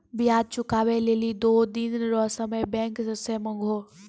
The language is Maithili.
ब्याज चुकबै लेली दो दिन रो समय बैंक से मांगहो